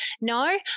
no